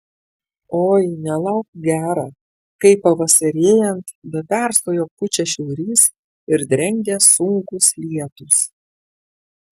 oi nelauk gera kai pavasarėjant be perstojo pučia šiaurys ir drengia sunkūs lietūs